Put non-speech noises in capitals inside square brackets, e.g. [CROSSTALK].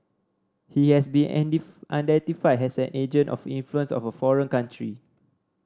he has been [UNINTELLIGIBLE] identified as an agent of influence of foreign country